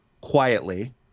quietly